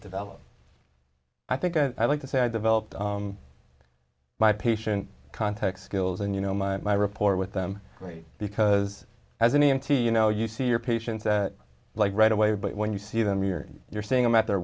develop i think i'd like to say i developed my patient context skills and you know my my report with them great because as an e m t you know you see your patients like right away but when you see them you're you're seeing them at their